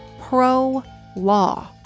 pro-law